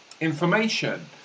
information